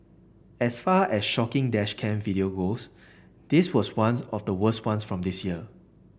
as far as shocking dash cam video goes this was ones of the worst ones from this year